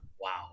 wow